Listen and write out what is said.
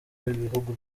w’ibihugu